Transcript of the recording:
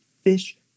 fish